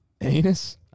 Anus